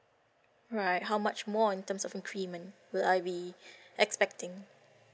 alright how much more in terms of increment will I be expecting